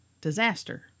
disaster